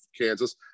Kansas